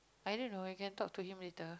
i don't know I can talk to him later